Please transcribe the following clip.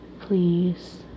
please